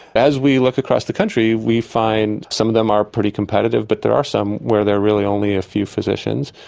as we look across the country we find some of them are pretty competitive, but there are some where there are really only a few physicians.